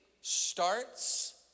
starts